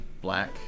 black